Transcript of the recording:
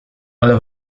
ale